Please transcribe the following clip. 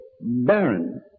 barren